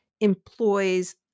employs